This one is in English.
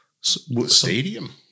stadium